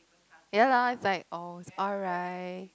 ya lah it's like oh it's alright